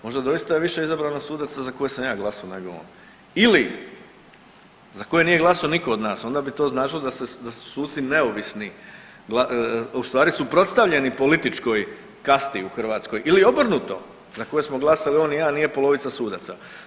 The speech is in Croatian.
Možda doista je više izabrano sudaca za koje sam ja glasao nego on ili za koje nije glasao niko od nas, onda bi to značilo da su suci neovisni, a ustvari suprotstavljeni političkoj kasti u Hrvatskoj ili obrnuto, za koje smo glasali on i ja, a nije polovica sudaca.